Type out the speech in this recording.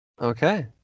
Okay